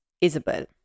Isabel